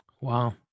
Wow